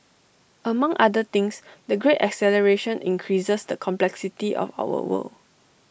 among other things the great acceleration increases the complexity of our world